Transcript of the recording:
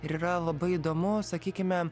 ir yra labai įdomu sakykime